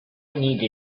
need